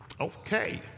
okay